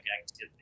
activity